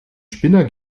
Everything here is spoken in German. spinner